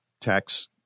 tax